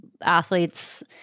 athletes